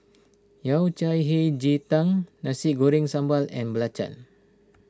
Yao Cai Hei Ji Tang Nasi Goreng Sambal and Belacan